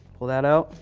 pull that out,